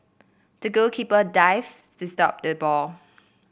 the goalkeeper dived to stop the ball